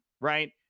Right